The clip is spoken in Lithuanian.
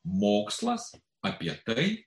mokslas apie tai